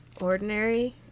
Ordinary